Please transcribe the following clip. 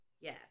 Yes